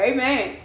Amen